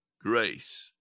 grace